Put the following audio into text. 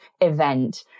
event